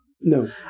No